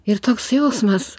ir toks jausmas